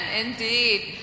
Indeed